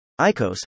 ICOs